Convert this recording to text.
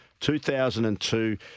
2002